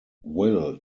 will